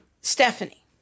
Stephanie